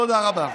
תודה רבה.